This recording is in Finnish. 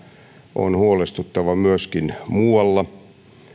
on huolestuttava myöskin muualla